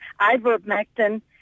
ivermectin